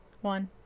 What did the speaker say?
One